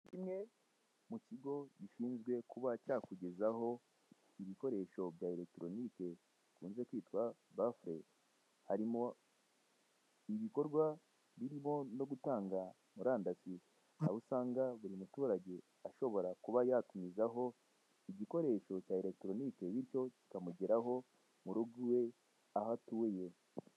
Kimwe mu kigo gishinzwe kuba cyakugezaho ibikoresho bya elegitironike gikunze kwitwa bafure harimo ibikorwa birimo no gutanga murandasi aho usanga buri muturage ashobora kuba yatumizaho igikoresho cya elegitoronike bityo kikamugeraho mu rugo iwe aho atuye.